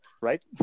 Right